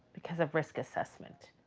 because of risk assessment,